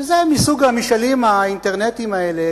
שזה מסוג המשאלים האינטרנטיים האלה,